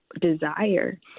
desire